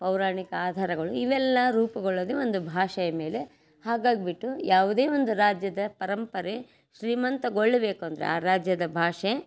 ಪೌರಾಣಿಕ ಆಧಾರಗಳು ಇವೆಲ್ಲ ರೂಪುಗೊಳ್ಳೋದೆ ಒಂದು ಭಾಷೆಯ ಮೇಲೆ ಹಾಗಾಗಿಬಿಟ್ಟು ಯಾವುದೇ ಒಂದು ರಾಜ್ಯದ ಪರಂಪರೆ ಶ್ರೀಮಂತಗೊಳ್ಬೇಕು ಅಂದರೆ ಆ ರಾಜ್ಯದ ಭಾಷೆ